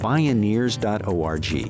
Bioneers.org